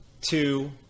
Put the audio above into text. two